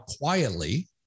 quietly